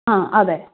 അതെ